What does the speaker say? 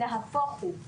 נהפוך הוא.